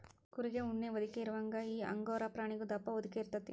ಕುರಿಗೆ ಉಣ್ಣಿ ಹೊದಿಕೆ ಇರುವಂಗ ಈ ಅಂಗೋರಾ ಪ್ರಾಣಿಗು ದಪ್ಪ ಹೊದಿಕೆ ಇರತತಿ